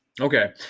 Okay